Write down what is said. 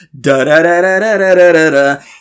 da-da-da-da-da-da-da-da